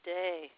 day